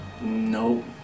No